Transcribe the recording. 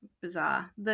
bizarre